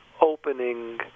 opening